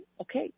okay